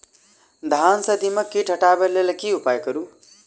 धान सँ दीमक कीट हटाबै लेल केँ उपाय करु?